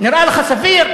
נראה לך סביר?